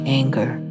anger